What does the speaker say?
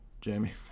Jamie